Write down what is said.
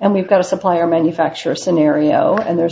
and we've got a supplier manufacturer scenario and there's